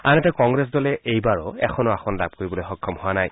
আনহাতে কংগ্ৰেছ দলে এইবাৰো এখনো আসন লাভ কৰিবলৈ সক্ষম হোৱা নাই